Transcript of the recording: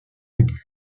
aigu